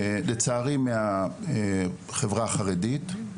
לצערי מהחברה החרדית.